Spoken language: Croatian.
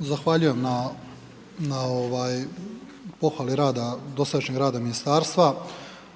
Zahvaljujem na pohvali dosadašnjeg rada ministarstva.